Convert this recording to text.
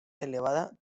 elevada